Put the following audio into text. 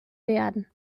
werden